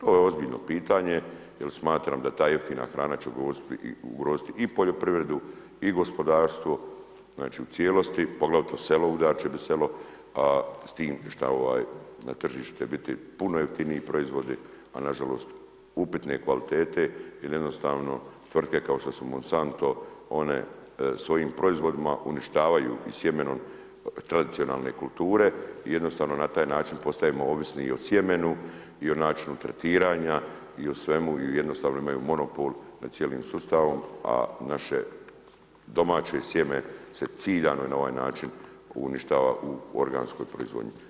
Ovo je ozbiljno pitanje, jer smatram da ta jeftina hrana će ugroziti i poljoprivredu i gospodarstvo u cijelosti, poglavito selo, … selo, s tim na tržište biti puno jeftiniji proizvodi, ali nažalost, upitne kvalitete i jednostavno tvrtke kao što su Monsanto one svojim proizvodima uništavaju i sjemenom tradicionalne kulture i jednostavno na taj način postajemo ovisni i o sjemenu i o načinu tretiranja i o svemu i jednostavno imaju monopol nad cijelim sustavom, a naše se domaće sjeme se ciljano i na ovaj način uništava u organskoj proizvodnji.